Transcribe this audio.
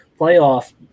playoff